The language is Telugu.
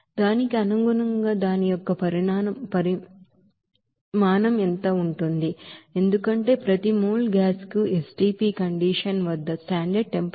దానికి అనుగుణంగా దాని యొక్క పరిమాణం ఎంత ఉంటుంది ఎందుకంటే ప్రతి మోల్ గ్యాస్ మీకు STP కండిషన్ వద్ద 22